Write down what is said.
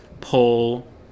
pull